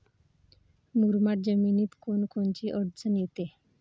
मुरमाड जमीनीत कोनकोनची अडचन येते?